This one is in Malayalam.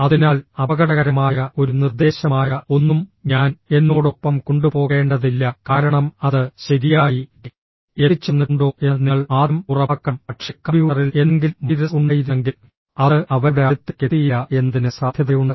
അതിനാൽ അപകടകരമായ ഒരു നിർദ്ദേശമായ ഒന്നും ഞാൻ എന്നോടൊപ്പം കൊണ്ടുപോകേണ്ടതില്ല കാരണം അത് ശരിയായി എത്തിച്ചേർന്നിട്ടുണ്ടോ എന്ന് നിങ്ങൾ ആദ്യം ഉറപ്പാക്കണം പക്ഷേ കമ്പ്യൂട്ടറിൽ എന്തെങ്കിലും വൈറസ് ഉണ്ടായിരുന്നെങ്കിൽ അത് അവരുടെ അടുത്തേക്ക് എത്തിയില്ല എന്നതിന് സാധ്യതയുണ്ട്